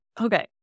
okay